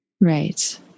Right